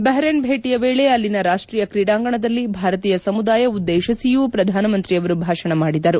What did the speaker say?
Bahrain ಭೇಟಿಯ ವೇಳೆ ಅಲ್ಲಿನ ರಾಷ್ಟೀಯ ಕ್ರೀಡಾಂಗಣದಲ್ಲಿ ಭಾರತೀಯ ಸಮುದಾಯ ಉದ್ದೇಶಿಸಿಯೂ ಪ್ರಧಾನ ಮಂತ್ರಿಯವರು ಭಾಷಣ ಮಾಡಿದರು